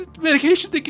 medication